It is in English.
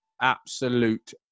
Absolute